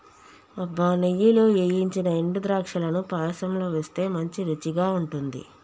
అబ్బ నెయ్యిలో ఏయించిన ఎండు ద్రాక్షలను పాయసంలో వేస్తే మంచి రుచిగా ఉంటుంది